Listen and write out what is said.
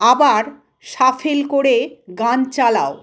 আবার শাফল করে গান চালাও